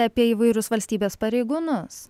apie įvairius valstybės pareigūnus